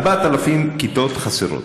4,000 כיתות חסרות.